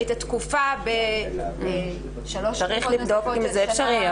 את התקופה בשלוש שנים נוספות.